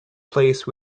place